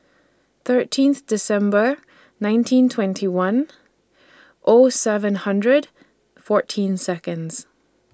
thirteenth December nineteen twenty one O seven hundred fourteen Seconds